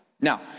Now